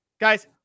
Guys